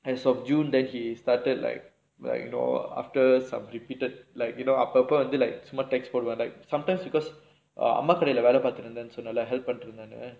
as of june then he started like like you know after some repeated like you know அப்பப்ப வந்து:appappa vanthu like சும்மா:summaa text போடுவேன்:poduvaen like sometimes because அம்மா கடையில வேல பாத்துட்டு இருந்தேனு சொன்னேன்ல:amma kadaiyila irunthaenu sonnaenla help பண்ணிட்டு இருந்தேனு:pannittu irunthaenu